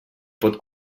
pot